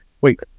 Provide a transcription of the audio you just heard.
Wait